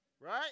right